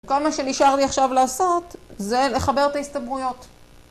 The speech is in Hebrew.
כל מה שנשאר לי עכשיו לעשות, זה לחבר את ההסתברויות.